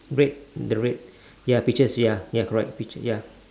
red the red ya pictures ya ya correct picture ya